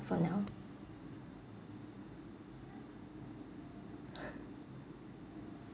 for now